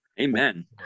Amen